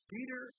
Peter